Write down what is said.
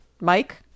Mike